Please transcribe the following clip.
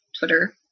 Twitter